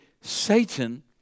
Satan